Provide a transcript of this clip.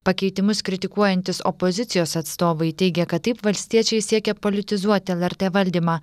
pakeitimus kritikuojantys opozicijos atstovai teigia kad taip valstiečiai siekia politizuoti lrt valdymą